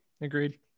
agreed